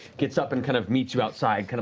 gets up and kind of meets you outside, kind of